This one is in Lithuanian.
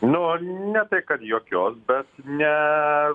nu ne tai kad jokios bet ne